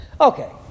okay